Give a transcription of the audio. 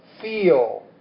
feel